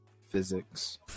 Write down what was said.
Physics